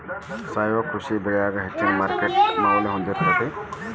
ಸಾವಯವ ಕೃಷಿ ಬೆಳಿಗೊಳ ಹೆಚ್ಚಿನ ಮಾರ್ಕೇಟ್ ಮೌಲ್ಯ ಹೊಂದಿರತೈತಿ